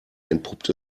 entpuppt